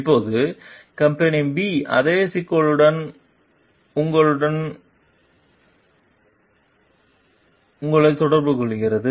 இப்போது company B அதே சிக்கலுடன் உங்களைத் தொடர்பு கொள்கிறது